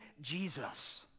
Jesus